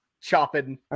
chopping